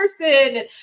person